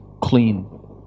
clean